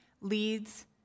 leads